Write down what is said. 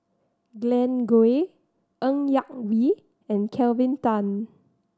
Glen Goei Ng Yak Whee and Kelvin Tan